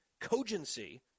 cogency